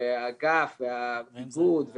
והאגף והאיגוד,